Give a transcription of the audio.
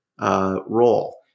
role